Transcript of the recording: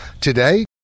today